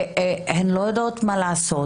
והן לא יודעות מה לעשות.